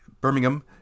Birmingham